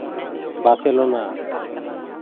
Barcelona